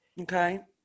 Okay